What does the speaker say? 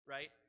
Right